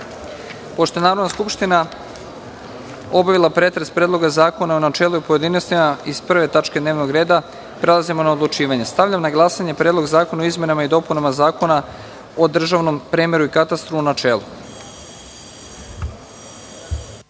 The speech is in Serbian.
je Narodna skupština obavila pretres Predloga zakona u načelu i u pojedinostima, prelazimo na odlučivanje. Stavljam na glasanje Predlog zakona o izmenama i dopunama Zakona o državnom premeru i katastru, u načelu. Molim